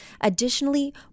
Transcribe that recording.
Additionally